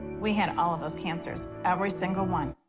we had all of those cancers, every single one.